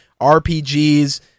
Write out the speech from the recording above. RPGs